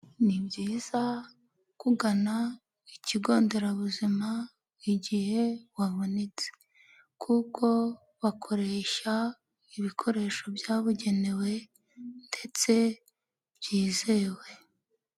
Ni byiza kugana ikigonderabuzima igihe wabonetse kuko bakoresha ibikoresho byabugenewe ndetse byizewe.